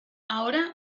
ahora